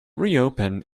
reopen